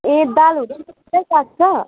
ए दालहरू पनि सबै पाक्छ